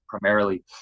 primarily